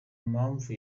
mpamvu